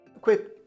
Quick